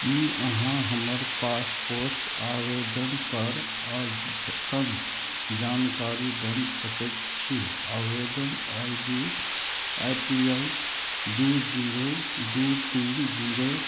की अहाँ हमर पासपोस्ट आवेदन पर अद्यतन जानकारी दऽ सकैत छी आवेदन आईडी आई पी एल दू जीरो दू तीन जीरो